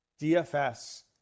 DFS